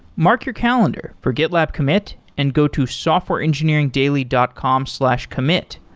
mark your calendar for gitlab commit and go to softwareengineeringdaily dot com slash commit.